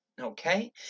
okay